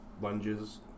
lunges